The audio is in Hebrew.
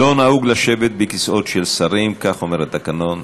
לא נהוג לשבת בכיסאות של שרים, כך אומר התקנון.